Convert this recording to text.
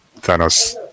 Thanos